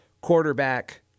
quarterback